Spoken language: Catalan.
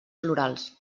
florals